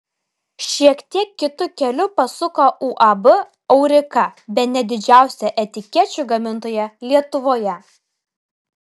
šiek tiek kitu keliu pasuko uab aurika bene didžiausia etikečių gamintoja lietuvoje